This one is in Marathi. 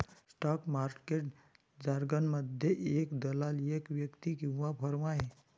स्टॉक मार्केट जारगनमध्ये, एक दलाल एक व्यक्ती किंवा फर्म आहे